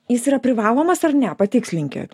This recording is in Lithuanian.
jis yra privalomas ar ne patikslinkit